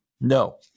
No